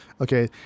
okay